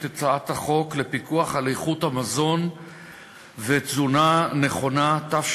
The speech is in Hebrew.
את הצעת חוק לפיקוח על איכות המזון ולתזונה נכונה במוסדות